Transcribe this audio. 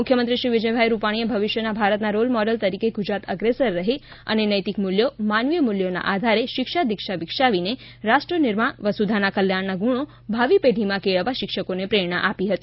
મુખ્યમંત્રી શ્રી વિજયભાઇ રૂપાણીએ ભવિષ્યના ભારતના રોલ મોડેલ તરીકે ગુજરાત અગ્રેસર રહે અને નૈતિક મૂલ્યો માનવીય મૂલ્યોના આધારે શિક્ષા દિક્ષા વિકસાવીને રાષ્ટ્રનિર્માણ વસુધાના કલ્યાણના ગુણો ભાવિ પેઢીમાં કેળવવા શિક્ષકોને પ્રેરણા આપી હતી